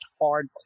hard